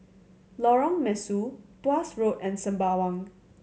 Lorong Mesu Tuas Road and Sembawang